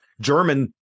German